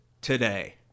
today